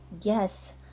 yes